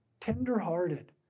Tenderhearted